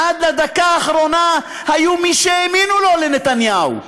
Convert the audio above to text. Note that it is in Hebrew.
עד לדקה האחרונה היו מי שהאמינו לו, לנתניהו,